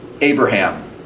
Abraham